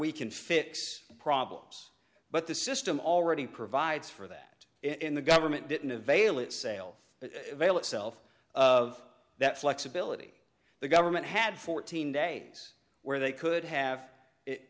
we can fix problems but the system already provides for that in the government didn't avail itself but avail itself of that flexibility the government had fourteen days where they could have it